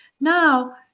Now